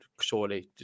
surely